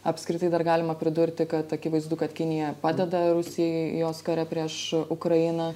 apskritai dar galima pridurti kad akivaizdu kad kinija padeda rusijai jos kare prieš ukrainą